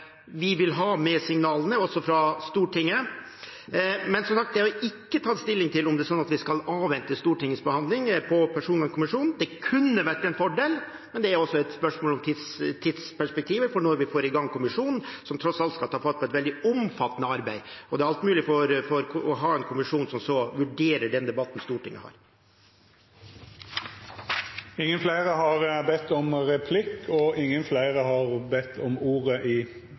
Vi går løs på å vurdere en personvernkommisjon med en gang, og vi vil selvfølgelig ta med signalene også fra Stortinget. Men vi har som sagt ikke tatt stilling til om vi skal avvente Stortingets behandling av personvernkommisjonen. Det kunne vært en fordel, men det er også et spørsmål om tidsperspektivet for når vi får i gang kommisjonen, som tross alt skal ta fatt på et veldig omfattende arbeid. Det alltid mulig å ha en kommisjon som så vurderer den debatten Stortinget har hatt. Replikkordskiftet er omme. Fleire har ikkje bede om ordet